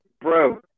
Bro